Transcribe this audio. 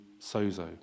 sozo